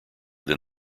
than